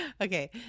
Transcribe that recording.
Okay